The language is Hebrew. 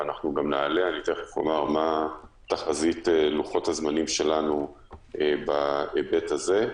וגם נעלה ותיכף אומר מה תחזית לוחות הזמנים שלנו בהיבט הזה.